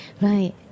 Right